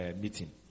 meeting